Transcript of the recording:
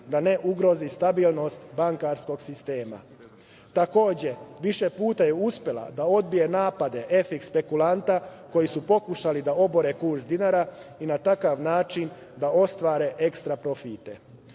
da ne ugrozi stabilnost bankarskog sistema. Takođe, više puta je uspela da odbije napade špekulanata, koji su pokušali da obore kurs dinara i na takav način da ostvare ekstra